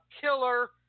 killer